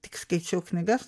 tik skaičiau knygas